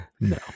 No